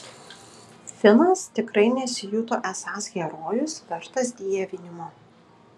finas tikrai nesijuto esąs herojus vertas dievinimo